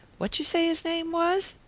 what you say his name was?